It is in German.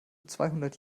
zweihundert